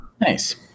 Nice